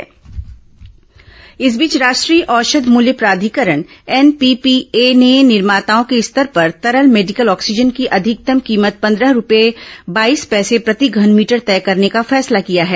oxygen कीमत राष्ट्रीय औषध मूल्य प्राधिकरण एनपीपीए ने निर्माताओं के स्तर पर तरल मेडिकल ऑक्सीजन की अधिकतम कीमत पन्द्रह रूपये बाईस पैसे प्रति घनमीटर तय करने का फैसला किया है